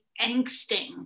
angsting